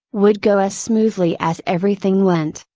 would go as smoothly as everything went,